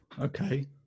Okay